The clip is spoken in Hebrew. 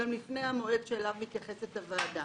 לפני המועד שאליו מתייחסת הוועדה.